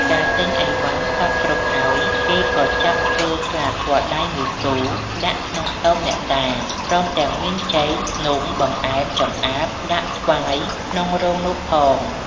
កាលទិញឥវ៉ាន់សព្វគ្រប់ហើយ គេក៏ចាប់ធ្វើស្លាធម៌ដៃ ១គូ ដាក់ក្នុងខ្ទម អ្នកតា ព្រមទាំងមានចេក នំ បង្អែម ចម្អាប ដាក់ថ្វាយក្នុងរោងនោះផង ។